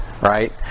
right